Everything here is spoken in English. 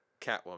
Catwoman